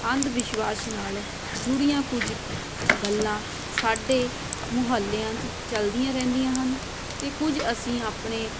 ਅੰਧ ਵਿਸ਼ਵਾਸ ਨਾਲ ਜੁੜੀਆਂ ਕੁਝ ਗੱਲਾਂ ਸਾਡੇ ਮੁਹੱਲਿਆਂ 'ਚ ਚਲਦੀਆਂ ਰਹਿੰਦੀਆਂ ਹਨ ਅਤੇ ਕੁਝ ਅਸੀਂ ਆਪਣੇ